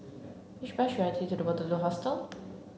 which bus should I take to Waterloo Hostel